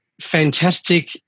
fantastic